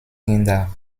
kinder